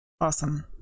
awesome